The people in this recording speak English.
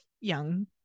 young